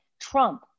Trump